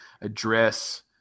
address